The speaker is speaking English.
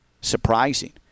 surprising